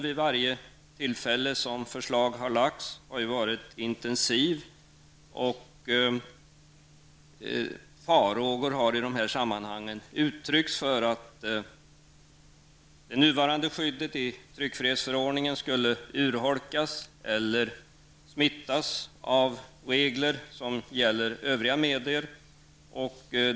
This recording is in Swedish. Vid varje tillfälle då ett förslag har lagts fram har den allmänna debatten varit intensiv, och farhågor har uttryckts för att det nuvarande skyddet i tryckfrihetsförordningen skulle urholkas eller smittas av regler som gäller övriga medier.